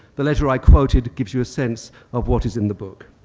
the letter i quoted gives you a sense of what is in the book.